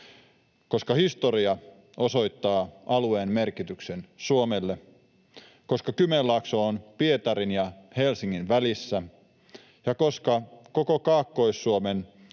Koska historia osoittaa alueen merkityksen Suomelle, koska Kymenlaakso on Pietarin ja Helsingin välissä ja koska koko Kaakkois-Suomen